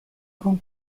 con